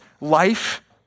life